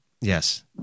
yes